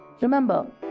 Remember